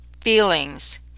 feelings